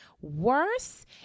Worse